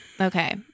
Okay